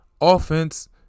Offense